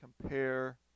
compare